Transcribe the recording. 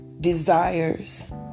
desires